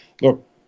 Look